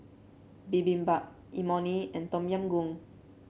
Bibimbap Imoni and Tom Yam Goong